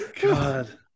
God